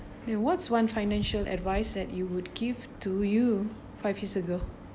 then what's one financial advice that you would give to you five years ago